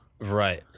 Right